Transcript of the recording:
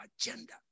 agenda